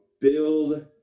build